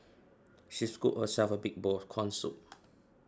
she scooped herself a big bowl of Corn Soup